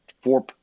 four